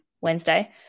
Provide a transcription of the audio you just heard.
Wednesday